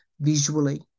visually